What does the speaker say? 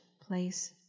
place